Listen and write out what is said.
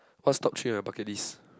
what's top three in your bucket list